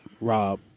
Rob